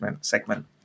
segment